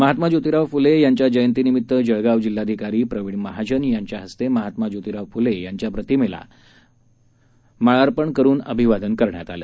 महात्मा जोतीराव फुले यांच्या जयंतीनिमित्त जळगाव जिल्हाधिकारी प्रवीण महाजन यांच्या हस्ते महात्मा जोतीराव फुले यांच्या प्रतिमेला माल्यार्पण करुन अभिवादन करण्यात आलं